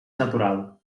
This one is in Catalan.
natural